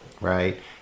right